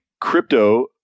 crypto